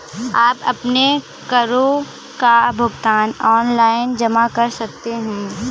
आप अपने करों का भुगतान ऑनलाइन जमा कर सकते हैं